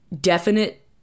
definite